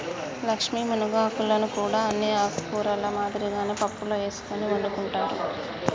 లక్ష్మీ మునగాకులను కూడా అన్ని ఆకుకూరల మాదిరిగానే పప్పులో ఎసుకొని వండుకుంటారు